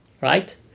right